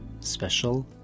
Special